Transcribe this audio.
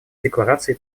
декларации